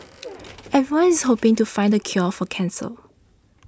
everyone's hoping to find the cure for cancer